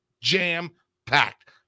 jam-packed